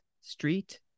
Street